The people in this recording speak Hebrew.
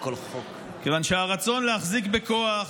כיוון שהרצון להחזיק בכוח,